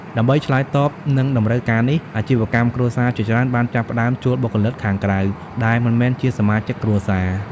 ដើម្បីឆ្លើយតបនឹងតម្រូវការនេះ អាជីវកម្មគ្រួសារជាច្រើនបានចាប់ផ្តើមជួលបុគ្គលិកខាងក្រៅ ដែលមិនមែនជាសមាជិកគ្រួសារ។